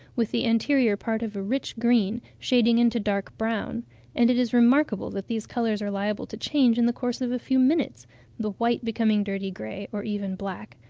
with the anterior part of a rich green, shading into dark brown and it is remarkable that these colours are liable to change in the course of a few minutes the white becoming dirty grey or even black,